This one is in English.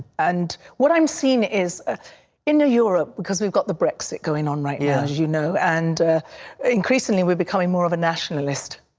and what i'm seeing is ah in europe, because we've got the brexit going on right now, yeah as you know, and increasingly we're becoming more of a nationalist